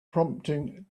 prompting